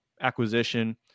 acquisition